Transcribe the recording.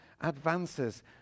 advances